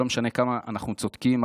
שלא משנה כמה אנחנו צודקים,